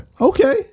okay